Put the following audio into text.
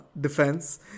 defense